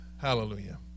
Hallelujah